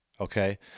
okay